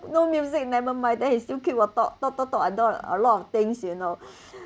no music never mind then you still keep on talk talk talk talk a lot a lot of things you know